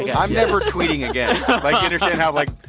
yeah i'm never tweeting again like, do you understand how, like,